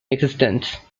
existence